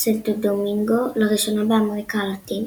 סנטו דומינגו, לראשונה באמריקה הלטינית.